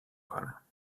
کنم